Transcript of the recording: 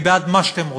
אני בעד מה שאתם רוצים.